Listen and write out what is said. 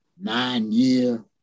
nine-year